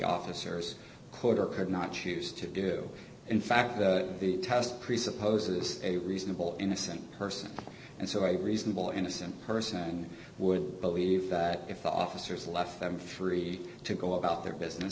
officers coder could not choose to do in fact the test presupposes a reasonable innocent person and so i reasonable innocent person would believe that if the officers left them free to go about their business